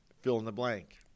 fill-in-the-blank